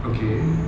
okay